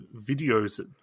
videos